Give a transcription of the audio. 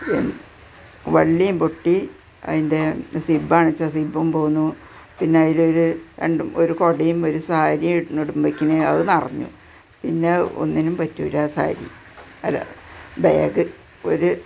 N വള്ളിയും പൊട്ടി അതിന്റെ സിബ്ബാണെന്നു വെച്ചാൽ സിബ്ബും പോയെന്നു പിന്നെ അതിലൊരു രണ്ട് ഒരു കുടയും ഒരു സാരിയും ഇടണതു കൊണ്ട് വെയ്ക്കണേ അതു നിറഞ്ഞു പിന്നെ ഒന്നിനും പറ്റില്ലാ സാരി അല്ല ബേഗ് ഒരു